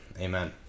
amen